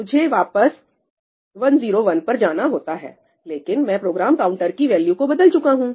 मुझे वापस 101 पर जाना होता है लेकिन मैं प्रोग्राम काउंटर की वैल्यू को बदल चुका हूं